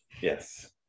Yes